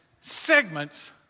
segments